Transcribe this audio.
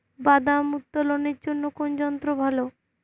বাদাম উত্তোলনের জন্য কোন যন্ত্র ভালো?